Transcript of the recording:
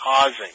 causing